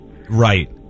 Right